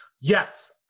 Yes